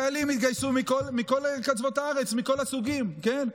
חיילים התגייסו מכל קצוות הארץ, מכל הסוגים, כן.